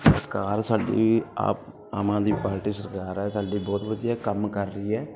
ਸਰਕਾਰ ਸਾਡੀ ਆਪ ਆਮ ਆਦਮੀ ਪਾਰਟੀ ਸਰਕਾਰ ਹੈ ਸਾਡੀ ਬਹੁਤ ਵਧੀਆ ਕੰਮ ਕਰ ਰਹੀ ਹੈ